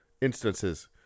Instances